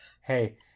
hey